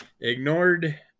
Ignored